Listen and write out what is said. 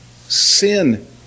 Sin